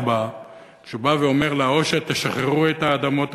בה כשהוא בא ואומר לה: או שתשחררו את האדמות,